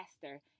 faster